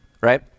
right